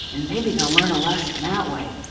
and maybe they'll learn a lesson that way.